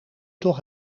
toch